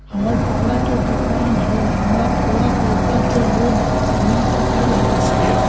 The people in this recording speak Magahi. हमर कपड़ा के दुकान है हमरा थोड़ा पैसा के लोन मिल सकलई ह?